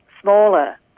Smaller